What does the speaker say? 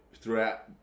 throughout